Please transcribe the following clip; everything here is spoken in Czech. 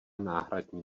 náhradní